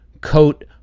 coat